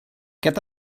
get